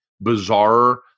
bizarre